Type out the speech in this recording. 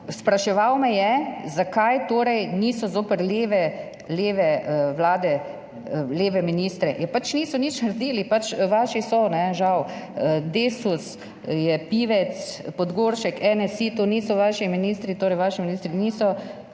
spraševal me je, zakaj torej niso zoper leve vlade, leve ministre. Ja, pač niso nič naredili. Vaši so, kajne, žal. Desus je Pivec, Podgoršek NSi, to niso vaši ministri, torej vaši ministri niso...